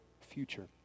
future